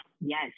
yes